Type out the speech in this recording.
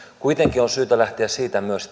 kuitenkin on syytä lähteä myös